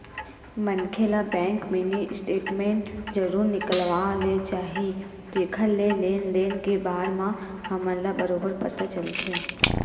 मनखे ल bank mini statement जरूर निकलवा ले चाही जेखर ले लेन देन के बार म हमन ल बरोबर पता चलथे